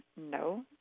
no